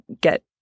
get